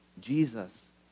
Jesus